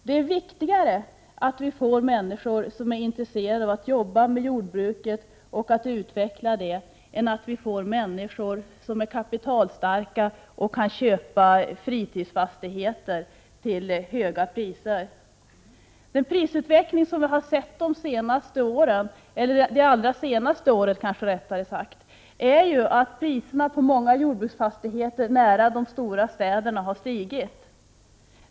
Det är viktigare med människor som är intresserade av att jobba med jordbruk och att utveckla det än att vi får kapitalstarka människor som kan köpa fritidsfastigheter till höga priser. Prisutvecklingen det allra senaste året har inneburit att priserna på många jordbruksfastigheter nära de stora städerna har stigit.